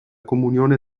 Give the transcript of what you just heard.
comunione